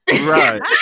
Right